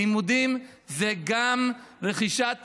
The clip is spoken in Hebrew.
לימודים זה גם רכישת